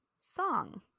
song